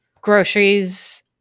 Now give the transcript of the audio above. groceries